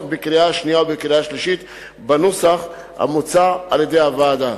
בקריאה השנייה ובקריאה השלישית בנוסח המוצע על-ידי הוועדה.